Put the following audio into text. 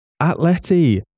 atleti